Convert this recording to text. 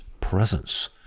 presence